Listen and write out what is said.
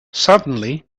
suddenly